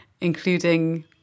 including